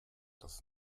das